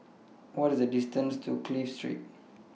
What IS The distance to Clive Street